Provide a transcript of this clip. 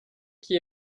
qui